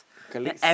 colleagues